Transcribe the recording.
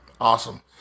awesome